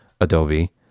Adobe